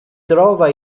trova